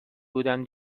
بودم